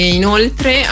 inoltre